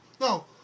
no